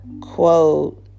quote